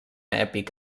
èpic